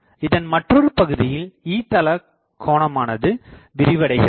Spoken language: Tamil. இதன் மற்றொரு பகுதியில் E தளக் கோணமானது விரிவடைகிறது